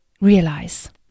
realize